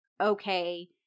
okay